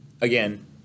Again